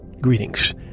Greetings